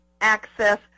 Access